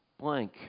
blank